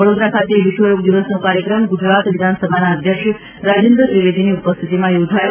વડોદરા ખાતે વિશ્વયોગ દિવસનો કાર્યક્રમ ગ્રજરાત વિધાનસભાના અધ્યક્ષ રાજેન્દ્ર ત્રિવેદીની ઉપસ્થિતમાં યોજાયો